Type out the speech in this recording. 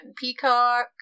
Peacock